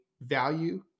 value